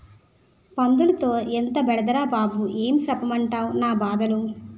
పందులతో ఎంతో బెడదరా బాబూ ఏం సెప్పమంటవ్ నా బాధలు